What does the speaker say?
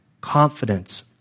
confidence